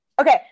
Okay